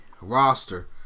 roster